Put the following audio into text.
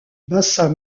bassin